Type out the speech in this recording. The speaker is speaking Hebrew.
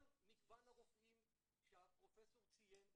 כל מגוון הרופאים שהפרופ' ציין,